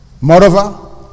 Moreover